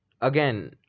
again